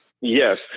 yes